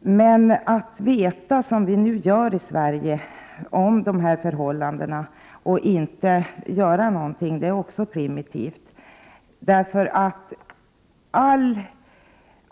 När vi i Sverige emellertid känner till dessa förhållanden men inte gör någonting, är det också primitivt.